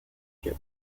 cup